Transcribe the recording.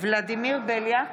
ולדימיר בליאק,